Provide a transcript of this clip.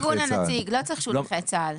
נציג הארגון היציג, לא צריך שהוא נכה צה"ל.